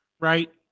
right